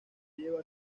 lleva